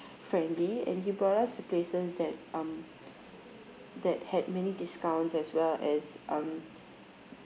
friendly and he brought us to places that um that had many discounts as well as um